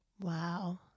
Wow